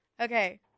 Okay